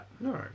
No